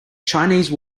chinese